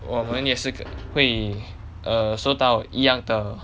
我们也是个会 err 受到一样的